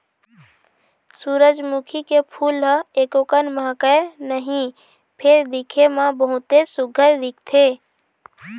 सूरजमुखी के फूल ह एकोकन महकय नहि फेर दिखे म बहुतेच सुग्घर दिखथे